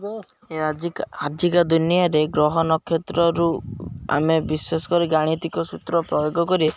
ଆଜ୍ଞା ଆଜିକା ଆଜିକା ଦୁନିଆଁରେ ଗ୍ରହ ନକ୍ଷତ୍ରରୁ ଆମେ ବିଶେଷ କରି ଗାଣିତିକ ସୂତ୍ର ପ୍ରୟୋଗ କରି